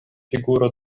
figuro